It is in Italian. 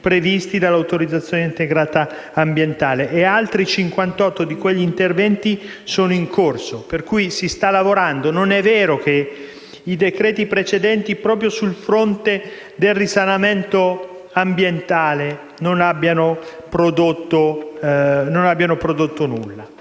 previsti dall'autorizzazione integrata ambientale e altri 58 sono in corso, per cui si sta lavorando; non è vero che i decreti precedenti, proprio sul fronte del risanamento ambientale, non abbiano prodotto nulla.